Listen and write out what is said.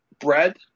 bread